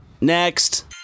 Next